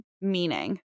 meaning